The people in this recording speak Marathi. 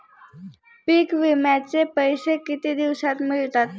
पीक विम्याचे पैसे किती दिवसात मिळतात?